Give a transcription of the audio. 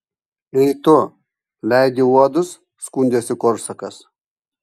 ei tu leidi uodus skundėsi korsakas